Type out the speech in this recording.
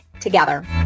together